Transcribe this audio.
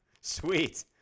Sweet